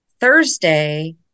Thursday